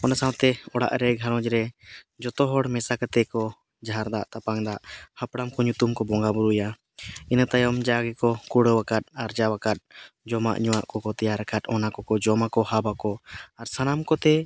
ᱚᱱᱟ ᱥᱟᱶᱛᱮ ᱚᱲᱟᱜᱨᱮ ᱜᱷᱟᱨᱚᱸᱡᱽᱨᱮ ᱡᱚᱛᱚ ᱦᱚᱲ ᱢᱮᱥᱟ ᱠᱟᱛᱮᱫᱠᱚ ᱡᱷᱟᱨ ᱫᱟᱜ ᱛᱟᱯᱟᱱ ᱫᱟᱜ ᱦᱟᱯᱲᱟᱢᱠᱚ ᱧᱩᱛᱩᱢᱠᱚ ᱵᱚᱸᱜᱟᱼᱵᱩᱨᱩᱭᱟ ᱤᱱᱟᱹ ᱛᱟᱭᱚᱢ ᱡᱟ ᱜᱮᱠᱚ ᱠᱩᱲᱟᱹᱣ ᱟᱠᱟᱫ ᱟᱨᱡᱟᱣ ᱟᱠᱟᱫ ᱡᱚᱢᱟᱜ ᱧᱩᱣᱟᱜ ᱠᱚᱠᱚ ᱛᱮᱭᱟᱨ ᱟᱠᱟᱫ ᱚᱱᱟ ᱠᱚᱠᱚ ᱡᱚᱢᱟ ᱠᱚ ᱦᱟᱵᱽ ᱟᱠᱚ ᱟᱨ ᱥᱟᱱᱟᱢ ᱠᱚᱛᱮ